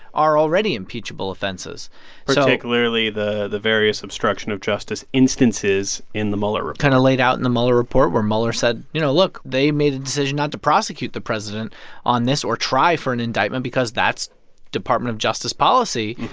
are already impeachable offenses so particularly the the various obstruction of justice instances in the mueller report kind of laid out in the mueller report, where mueller said, you know, look they made a decision not to prosecute the president on this or try for an indictment because that's department of justice policy.